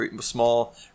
small